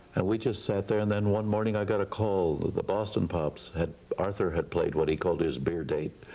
and we just sat there and then one morning i got a call that the boston pops, arthur had played what he called his beer date,